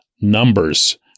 numbers